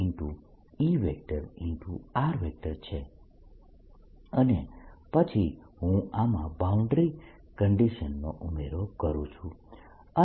અને પછી હું આમાં બાઉન્ડ્રી કન્ડીશન્સનો ઉમેરો કરું છું